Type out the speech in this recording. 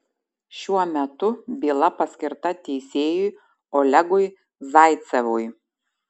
šiuo metu byla paskirta teisėjui olegui zaicevui